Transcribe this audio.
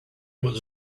was